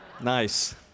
Nice